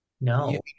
No